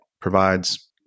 provides